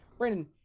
Brandon